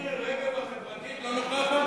מירי רגב החברתית לא נוכחת?